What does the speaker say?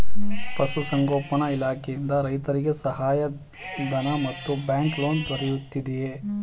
ಪಶು ಸಂಗೋಪನಾ ಇಲಾಖೆಯಿಂದ ರೈತರಿಗೆ ಸಹಾಯ ಧನ ಮತ್ತು ಬ್ಯಾಂಕ್ ಲೋನ್ ದೊರೆಯುತ್ತಿದೆಯೇ?